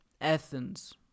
Athens